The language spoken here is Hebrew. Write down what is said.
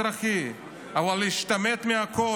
אזרחי אבל להשתמט מהכול,